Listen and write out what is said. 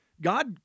God